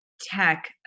tech